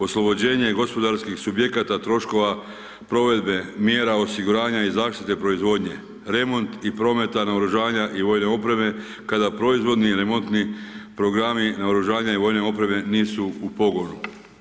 Oslobođenje gospodarskih subjekata troškova provedbe mjera osiguranja i zaštite proizvodnje, remont i prometa naoružanja i vojne opreme, kada proizvodnji remontni programi naoružanja i vojne opreme nisu u pogonu.